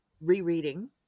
rereading